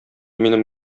минем